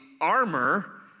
armor